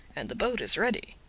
and the boat is ready.